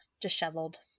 disheveled